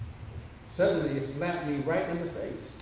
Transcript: suddenly it slapped me right in the face.